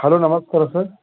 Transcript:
hello ನಮಸ್ಕಾರ sir